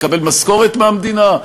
לקבל משכורת מהמדינה,